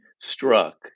struck